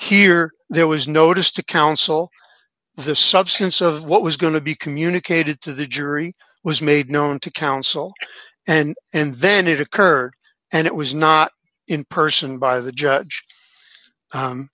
here there was notice to counsel the substance of what was going to be communicated to the jury was made known to counsel and and then it occurred and it was not in person by the